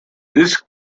this